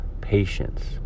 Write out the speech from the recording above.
patience